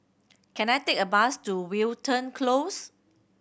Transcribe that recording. can I take a bus to Wilton Close